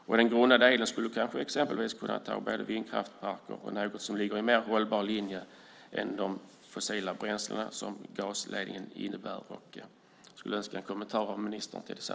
I den grunda delen skulle man exempelvis kunna ha en vindkraftpark eller något som ligger i mer hållbar linje än de fossila bränslen som gasledningen innebär. Jag skulle önska en kommentar om detta från ministern.